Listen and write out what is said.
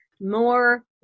more